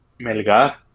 Melga